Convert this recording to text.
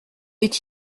est